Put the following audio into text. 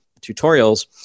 tutorials